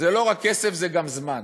זה לא רק כסף, זה גם זמן,